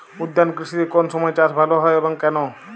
উদ্যান কৃষিতে কোন সময় চাষ ভালো হয় এবং কেনো?